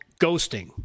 ghosting